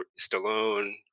Stallone